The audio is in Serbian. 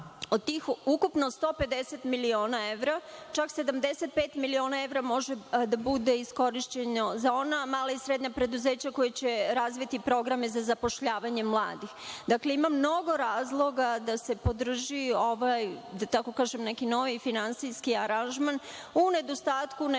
od tih 150 miliona evra, čak 75 miliona evra može da bude iskorišćeno za ona mala i srednja preduzeća koja će razviti programe za zapošljavanje mladih. Dakle, ima mnogo razloga da se podrži ovaj, da tako kažem, neki novi finansijski aranžman u nedostatku nekog